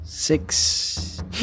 Six